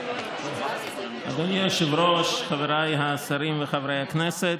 אדוני היושב-ראש, חבריי השרים וחברי הכנסת,